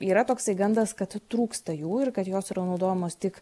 yra toksai gandas kad trūksta jų ir kad jos yra naudojamos tik